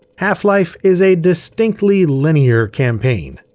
half-life is a distinctly linear campaign.